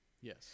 Yes